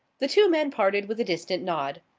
the two men parted with a distant nod.